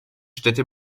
städte